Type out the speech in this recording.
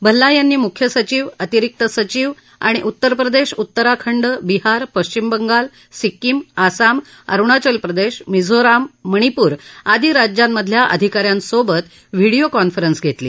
भल्ला यांनी मुख्य सचिव अतिरिक्त सचिव आणि उत्तरप्रदेश उत्तराखंड बिहार पश्चिम बंगाल सिक्कीम आसाम अरूणाचल प्रदेश मिझोराम मणिपूर आदी राज्यांतल्या अधिकाऱ्यांसोबत व्हिडिओ कॉन्फरन्स घेतली